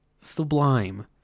sublime